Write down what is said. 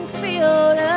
field